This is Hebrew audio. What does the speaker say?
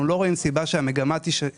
אנחנו לא רואים סיבה לכך שהמגמה תשתנה,